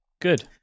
Good